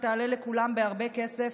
שתעלה לכולם בהרבה כסף,